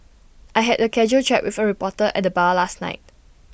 I had A casual chat with A reporter at the bar last night